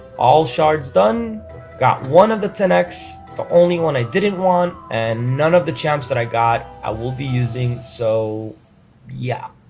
all shards done got one of the ten x the only one i didn't want and none of the champs that i got i will be using so yeah